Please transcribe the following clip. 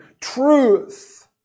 truth